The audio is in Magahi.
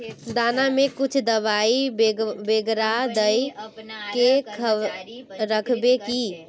दाना में कुछ दबाई बेगरा दय के राखबे की?